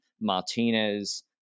Martinez